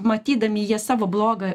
matydami jie savo blogą